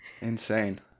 Insane